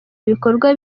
ibikorwa